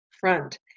front